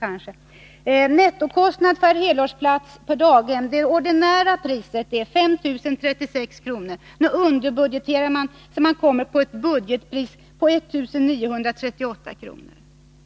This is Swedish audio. Den ordinära nettokostnaden per helårsplats för daghem är 5 036 kr. Nu underbudgeterar man, så att man kommer på ett budgetpris om 1 938 kr.